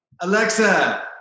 Alexa